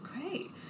Great